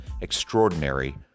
extraordinary